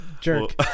Jerk